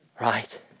right